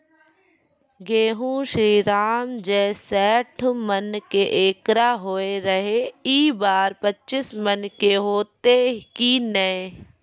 गेहूँ श्रीराम जे सैठ मन के एकरऽ होय रहे ई बार पचीस मन के होते कि नेय?